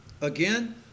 Again